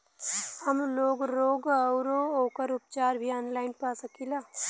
हमलोग रोग अउर ओकर उपचार भी ऑनलाइन पा सकीला?